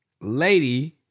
lady